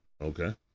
Okay